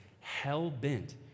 hell-bent